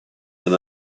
than